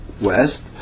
west